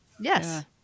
yes